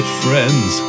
friends